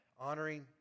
honoring